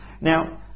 Now